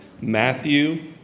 Matthew